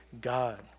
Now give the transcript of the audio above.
God